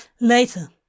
Later